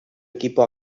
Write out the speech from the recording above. equipo